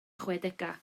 chwedegau